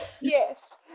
yes